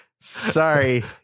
Sorry